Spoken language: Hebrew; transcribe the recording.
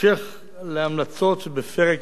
המשך להמלצות שבפרק